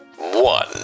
one